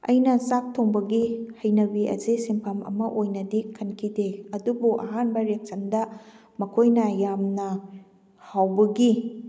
ꯑꯩꯅ ꯆꯥꯛ ꯊꯣꯡꯕꯒꯤ ꯍꯩꯅꯕꯤ ꯑꯁꯤ ꯁꯤꯟꯐꯝ ꯑꯃ ꯑꯣꯏꯅꯗꯤ ꯈꯟꯈꯤꯗꯦ ꯑꯗꯨꯕꯨ ꯑꯍꯥꯟꯕ ꯔꯤꯌꯦꯛꯁꯟꯗ ꯃꯈꯣꯏꯅ ꯌꯥꯝꯅ ꯍꯥꯎꯕꯒꯤ